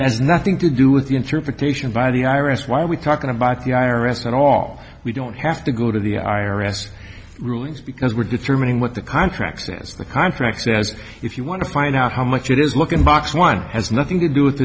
has nothing to do with the interpretation by the i r s why are we talking about the i arrested all we don't have to go to the i r s rulings because we're determining what the contract is the contract says if you want to find out how much it is looking box one has nothing to do with